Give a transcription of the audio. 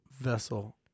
Vessel